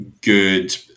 good